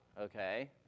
Okay